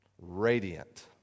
radiant